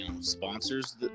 sponsors